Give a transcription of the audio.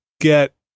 get